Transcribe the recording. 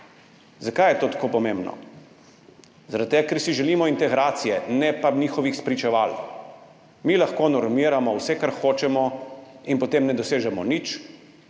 Zakaj je to tako pomembno? Zaradi tega, ker si želimo integracije, ne pa njihovih spričeval. Mi lahko normiramo vse, kar hočemo, in potem ne dosežemo nič,